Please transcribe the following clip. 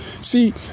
see